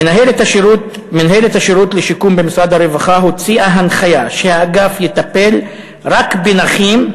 מינהלת השירות לשיקום במשרד הרווחה הוציאה הנחיה שהאגף יטפל רק בנכים,